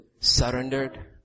surrendered